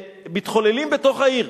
שמתחוללים בתוך העיר,